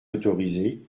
autorisé